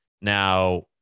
Now